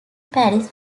paris